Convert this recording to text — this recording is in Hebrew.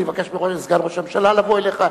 אני אבקש מסגן ראש הממשלה לבוא אליך,